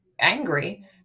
angry